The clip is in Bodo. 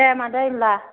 दे मादै होमब्ला